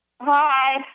Hi